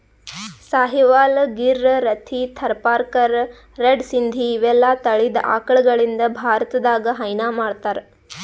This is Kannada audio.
ಸಾಹಿವಾಲ್, ಗಿರ್, ರಥಿ, ಥರ್ಪಾರ್ಕರ್, ರೆಡ್ ಸಿಂಧಿ ಇವೆಲ್ಲಾ ತಳಿದ್ ಆಕಳಗಳಿಂದ್ ಭಾರತದಾಗ್ ಹೈನಾ ಮಾಡ್ತಾರ್